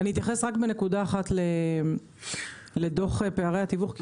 אני אתייחס רק בנקודה אחת לדוח פערי התיווך,